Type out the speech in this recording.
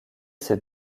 ces